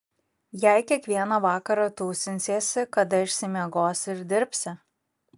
jei kiekvieną vakarą tūsinsiesi kada išsimiegosi ir dirbsi